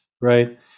right